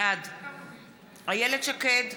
בעד איילת שקד,